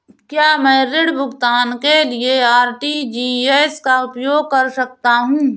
क्या मैं ऋण भुगतान के लिए आर.टी.जी.एस का उपयोग कर सकता हूँ?